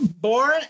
born